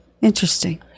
Interesting